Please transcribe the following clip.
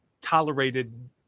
tolerated